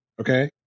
okay